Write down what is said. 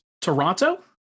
Toronto